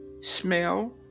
smell